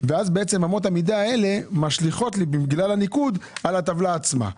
ואז אמות המידה האלה משליכות בגלל הניקוד על הטבלה עצמה.